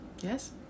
Yes